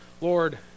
Lord